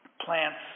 plants